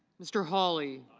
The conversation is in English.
mr. holly